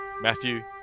Matthew